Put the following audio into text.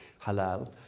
halal